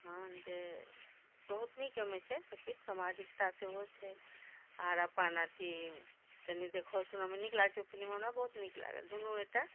हँ जे बहुत नीक ओहिमे छै सबके सामाजिकता सेहो छै आर अपन अथी कनी देखहो सुनहो मे नीक लागै छै फिलिम हमरा बहुत नीक लागल दुनूटा